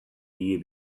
year